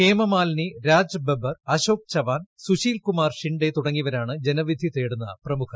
ഹേമമാലിനി രാജ് ബബർ അശോക് ചവാൻ സുശീൽ കുമാർ ഷിൻഡേ തുടങ്ങിയവരാണ് ജനവിധി തേടുന്ന പ്രമുഖർ